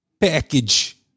package